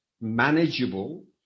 manageable